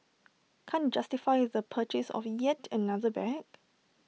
can't justify the purchase of yet another bag